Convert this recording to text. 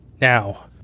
now